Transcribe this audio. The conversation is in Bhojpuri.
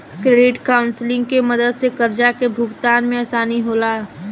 क्रेडिट काउंसलिंग के मदद से कर्जा के भुगतान में आसानी होला